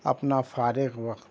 اپنا فارغ وقت